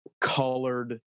colored